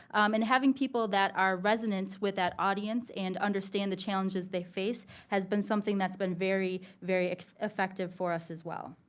and having people that are resonant with that audience and understand the challenges they face has been something that's been very, very effective for us as well.